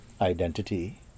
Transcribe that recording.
identity